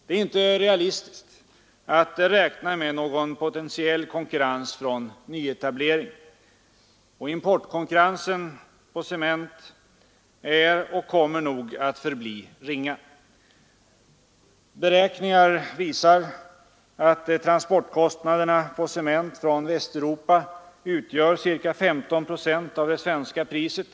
Det är inte realistiskt att räkna med någon potentiell konkurrens från nyetablering. Och importkonkurrensen på cement är och kommer nog att förbli ringa. Beräkningar visar att transportkostnaderna för cement från Västeuropa utgör ca 15 procent av det svenska priset.